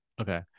Okay